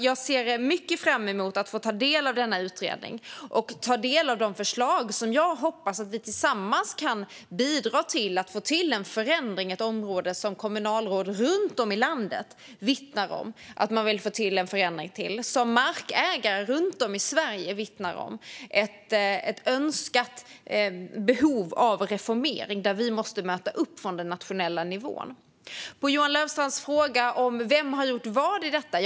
Jag ser mycket fram emot att få ta del av denna utredning och de förslag som jag hoppas gör att vi tillsammans kan bidra till en förändring på detta område. Kommunalråd runt om i landet vittnar om att man vill få till en förändring på området, och markägare runt om i Sverige vittnar om en önskan om och ett behov av reformering. Detta måste vi möta upp från den nationella nivån. Johan Löfstrand ställer en fråga om vem som har gjort vad i detta.